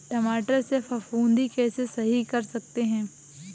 टमाटर से फफूंदी कैसे सही कर सकते हैं?